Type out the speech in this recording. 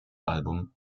album